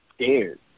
scared